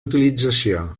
utilització